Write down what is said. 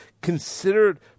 considered